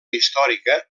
històrica